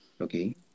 okay